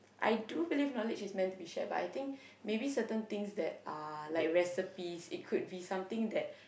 I do believe knowledge is meant to be shared but I think maybe certain things that are like recipes it could be something that